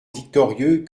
victorieux